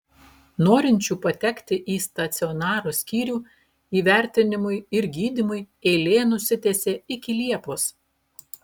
norinčių patekti į stacionaro skyrių įvertinimui ir gydymui eilė nusitęsė iki liepos